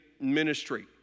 ministry